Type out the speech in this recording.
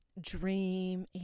dream